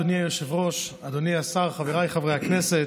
אדוני היושב-ראש, אדוני השר, חבריי חברי הכנסת,